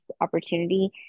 opportunity